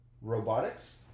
robotics